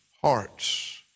hearts